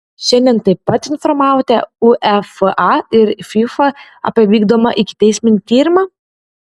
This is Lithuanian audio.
šiandien taip pat informavote uefa ir fifa apie vykdomą ikiteisminį tyrimą